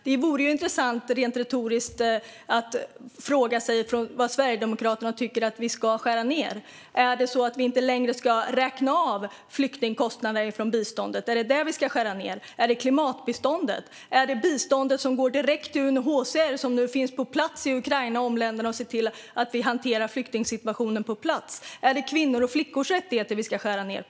Det vore intressant, rent retoriskt, att fråga sig vad Sverigedemokraterna tycker att vi ska skära ned. Ska vi inte längre räkna av flyktingkostnader från biståndet? Är det detta vi ska skära ned? Är det klimatbiståndet? Är det biståndet som går direkt till UNHCR, som nu finns på plats i Ukraina och grannländerna och ser till att flyktingsituationen hanteras på plats? Är det kvinnors och flickors rättigheter vi ska skära ned?